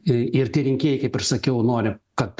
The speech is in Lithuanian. ir ir tie rinkėjai kaip ir sakiau nori kad